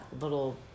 little